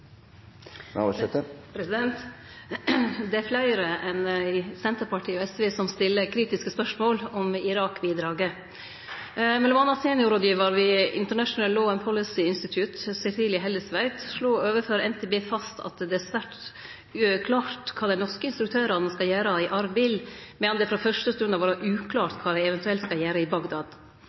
fleire enn Senterpartiet og SV som stiller kritiske spørsmål om Irak-bidraget. Mellom anna slo seniorrådgivar ved International Law and Policy Institute, Cecilie Hellestveit, fast overfor NTB at det er svært klårt kva dei norske instruktørane skal gjere i Arbil, medan det frå fyrste stund har vore uklårt kva dei eventuelt skal gjere i Bagdad.